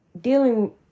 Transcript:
dealing